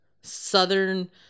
southern